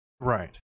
Right